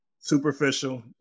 superficial